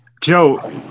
Joe